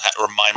remind